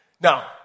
Now